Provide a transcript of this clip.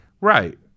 Right